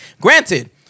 Granted